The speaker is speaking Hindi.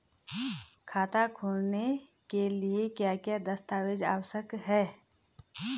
खाता खोलने के लिए क्या क्या दस्तावेज़ आवश्यक हैं?